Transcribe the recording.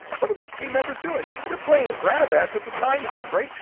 what are these team members doing? they're playing grab ass at the time clock, right?